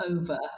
over